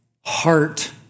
heart